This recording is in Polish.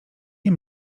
nie